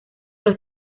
los